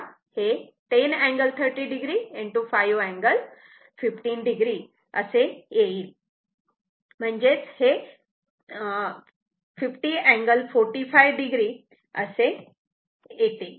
तेव्हा हे 10 angle 30 o 5 angle 15 o असे येईल म्हणजेच हे 50 angle 45 o असे येते